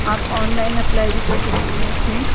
آپ online apply بھی کر سکتی ہیں اس میں